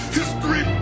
History